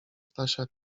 stasia